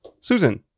susan